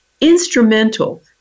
instrumental